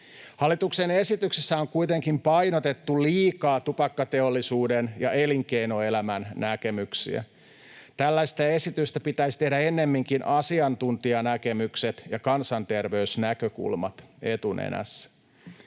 Hallituksen esityksessä on kuitenkin painotettu liikaa tupakkateollisuuden ja elinkeinoelämän näkemyksiä. Tällainen esitys pitäisi tehdä ennemminkin asiantuntijanäkemykset ja kansanterveysnäkökulmat etunenässä.